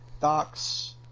docs